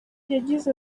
yagize